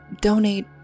donate